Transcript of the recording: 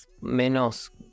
menos